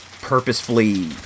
purposefully